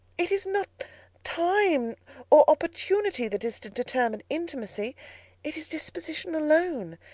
it is not time or opportunity that is to determine intimacy it is disposition alone.